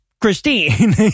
Christine